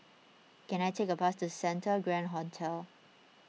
can I take a bus to Santa Grand Hotel